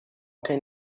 can